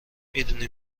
میدونی